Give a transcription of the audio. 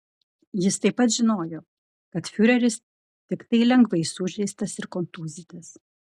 jis taip pat žinojo kad fiureris tiktai lengvai sužeistas ir kontūzytas